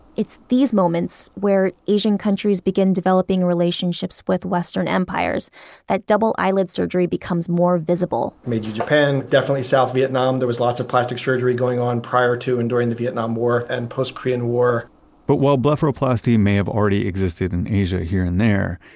it's these moments where asian countries begin developing relationships with western empires that double eyelid surgery becomes more visible meiji japan, definitely south vietnam, there was lots of plastic surgery going on prior to and during the vietnam war, and post korean war but while blepharoplasty may have already existed in asia here and there,